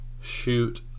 shoot